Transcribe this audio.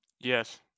Yes